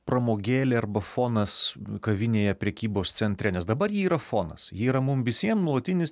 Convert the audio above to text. pramogėlė arba fonas kavinėje prekybos centre nes dabar ji yra fonas ji yra mum visiem nuolatinis